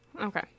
Okay